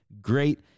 great